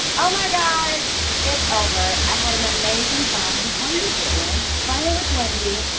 oh my god it's over. i had an amazing time. how you doin'? flyin' with wendy.